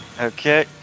Okay